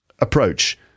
approach